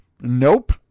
nope